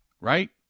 Right